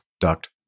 Duct